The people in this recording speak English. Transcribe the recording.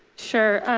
sure,